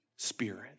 Spirit